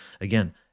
again